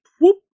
whoop